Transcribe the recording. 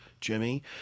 Jimmy